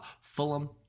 Fulham